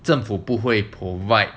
政府不会 provide